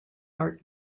art